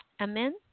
Amen